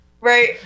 Right